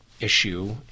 issue